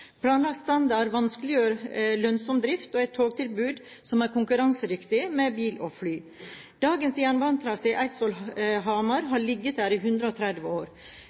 Planlagt standard vanskeliggjør lønnsom drift og et togtilbud som er konkurransedyktig med bil og fly. Dagens jernbanetrasé Eidsvoll–Hamar har ligget der i 130 år.